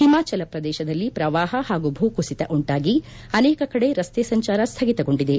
ಹಿಮಾಚಲ ಪ್ರದೇಶದಲ್ಲಿ ಪ್ರವಾಹ ಹಾಗೂ ಭೂ ಕುಸಿತ ಉಂಟಾಗಿ ಅನೇಕ ಕಡೆ ರಸ್ನೆ ಸಂಚಾರ ಸ್ನಗಿತಗೊಂಡಿದೆ